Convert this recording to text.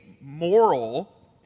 moral